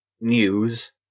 news